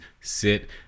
sit